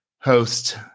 host